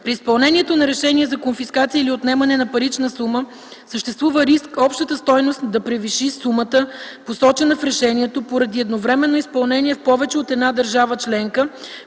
при изпълнението на решение за конфискация или отнемане на парична сума съществува риск общата стойност да превиши сумата, посочена в решението, поради едновременно изпълнение в повече от една държава членка